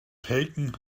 taken